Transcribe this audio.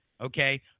okay